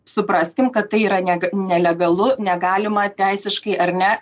supraskim kad tai yra ne nelegalu negalima teisiškai ar ne